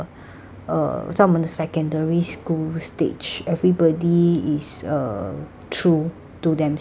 uh 在我们的 secondary school stage everybody is uh true to themselves